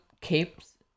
capes